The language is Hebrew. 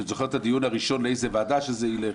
אני זוכר את הדיון הראשון לאיזו ועדה זה ילך,